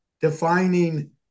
defining